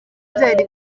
byari